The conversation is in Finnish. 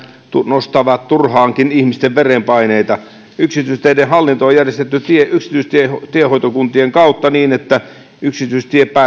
nostavat vähän turhaankin ihmisten verenpaineita yksityisteiden hallinto on järjestetty yksityistiehoitokuntien kautta niin että yksityistiehoitokunta